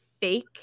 fake